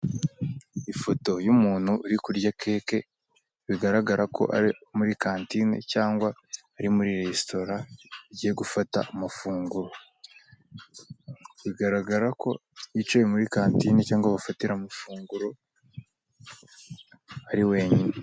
Ifoto y'umuntu uri kurya keke bigaragara ko ari muri kantine cyangwa ari muri resitora yagiye gufata amafunguro, bigaragara ko yicaye muri kantine cyangwa aho bafatira amafunguro ari wenyine.